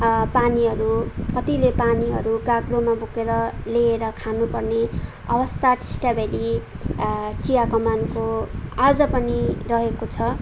पानीहरू कतिले पानीहरू गाग्रोमा बोकेर लिएर खानुपर्ने अवस्था टिस्टाभ्याल्ली चियाकमानको आज पनि रहेको छ